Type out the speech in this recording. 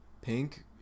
pink